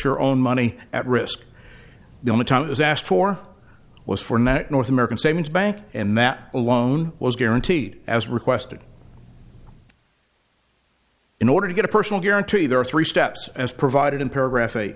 your own money at risk the only time it is asked for was for north american savings bank and that alone was guaranteed as requested in order to get a personal guarantee there are three steps as provided in paragraph